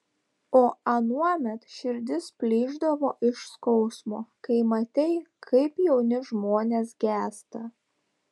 o anuomet širdis plyšdavo iš skausmo kai matei kaip jauni žmonės gęsta